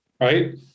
right